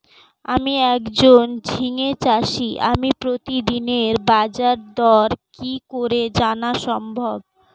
আমি একজন ঝিঙে চাষী আমি প্রতিদিনের বাজারদর কি করে জানা সম্ভব?